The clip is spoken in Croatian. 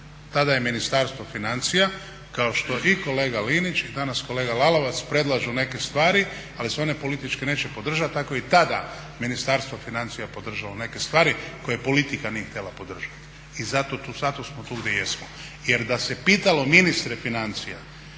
Tada je Ministarstvo financija kao što i kolega Linić i danas kolega Lalovac predlažu neke stvari ali se one politički neće podržati tako je i tada Ministarstvo financija podržalo neke stvari koje politika nije htjela podržati. I zato smo tu gdje jesmo. Jer da se pitalo ministre financija,